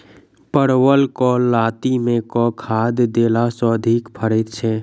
परवल केँ लाती मे केँ खाद्य देला सँ अधिक फरैत छै?